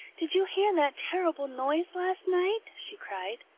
did you hear that terrible noise last night? she cried.